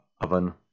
oven